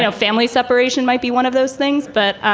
so family separation might be one of those things, but,